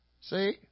See